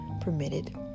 permitted